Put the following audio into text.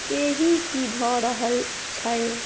एहि कि भऽ रहल छै